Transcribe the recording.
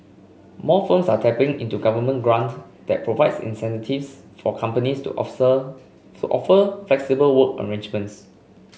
more firms are tapping into government grant that provides incentives for companies to observe for offer flexible work arrangements